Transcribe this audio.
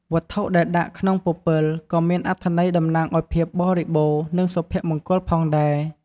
វត្ថុដែលដាក់ក្នុងពពិល ក៏មានអត្ថន័យតំណាងឱ្យភាពបរិបូរណ៍ និងសុភមង្គលផងដែរ។